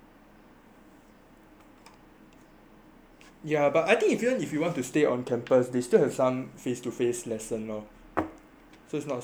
yeah but I think if even if you want to stay on campus they still have some face to face lesson loh so it's not say worthless ah